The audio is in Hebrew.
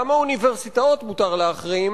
למה אוניברסיטאות מותר להחרים